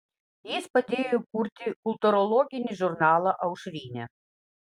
jis padėjo įkurti kultūrologinį žurnalą aušrinė